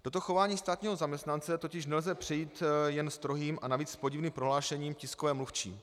Toto chování státního zaměstnance totiž nelze přejít jen strohým a navíc podivným prohlášením tiskové mluvčí.